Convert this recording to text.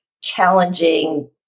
challenging